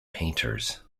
painters